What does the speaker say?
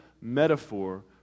metaphor